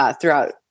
throughout